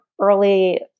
early